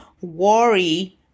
worry